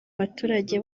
baturage